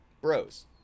bros